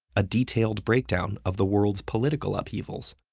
a detailed breakdown of the world's political upheavals,